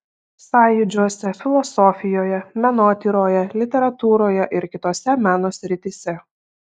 sąjūdžiuose filosofijoje menotyroje literatūroje ir kitose meno srityse